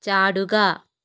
ചാടുക